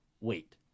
wait